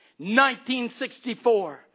1964